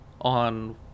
on